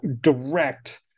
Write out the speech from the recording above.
direct